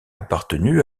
appartenu